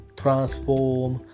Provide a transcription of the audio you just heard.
transform